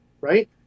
right